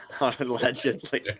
Allegedly